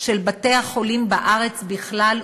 של בתי-החולים בארץ בכלל,